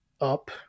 up